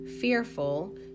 fearful